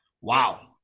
wow